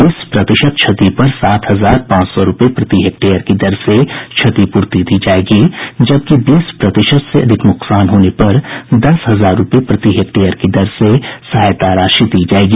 बीस प्रतिशत क्षति पर सात हजार पांच सौ रूपये प्रति हेक्टेयर की दर से क्षतिपूर्ति दी जायेगी जबकि बीस प्रतिशत से अधिक नुकसान होने पर दस हजार रूपये प्रति हेक्टेयर की दर से सहायता राशि दी जायेगी